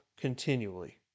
continually